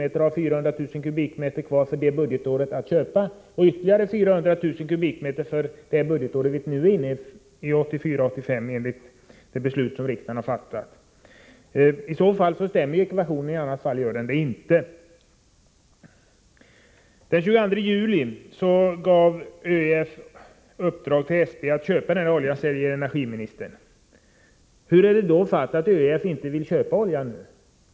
och har 400 000 m? kvar att köpa för det budgetåret samt ytterligare 400 000 m? för innevarande budgetår 1984/85, enligt det beslut som riksdagen har fattat? I så fall stämmer ekvationen, i annat fall inte. Den 22 juli uppdrog ÖEF åt SP att köpa denna olja, säger energiministern. Hur kommer det sig då att ÖEF nu inte vill köpa oljan?